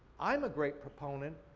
i'm a great proponent,